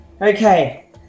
okay